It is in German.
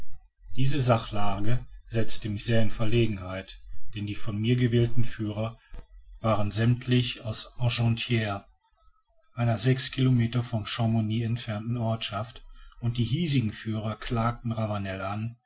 diese sachlage setzte mich sehr in verlegenheit denn die von mir gewählten führer waren sämmtlich aus argentires einer sechs kilometer von chamouni entfernten ortschaft und die hiesigen führer klagten ravanel an